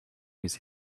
with